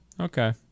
Okay